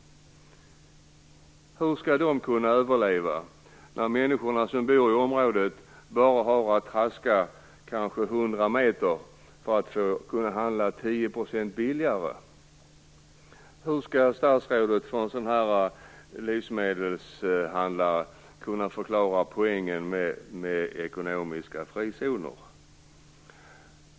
Hur skall det kunna överleva när de människor som bor i området bara har att traska 100 meter för att handla 10 % billigare? Hur skall statsrådet kunna förklara poängen med ekonomiska frizoner för en sådan livsmedelshandlare?